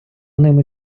ними